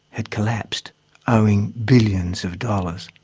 had collapsed owing billions of dollars.